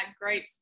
great